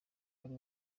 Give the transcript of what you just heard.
uri